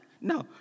No